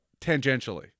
tangentially